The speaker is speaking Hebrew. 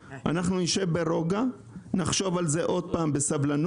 נשב בצורה רגועה, נחשוב על זה שוב בסבלנות,